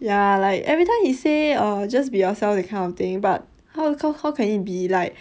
ya like every time he say orh just be yourself that kind of thing but how how can it be like